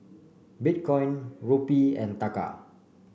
Bitcoin Rupee and Taka